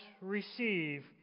receive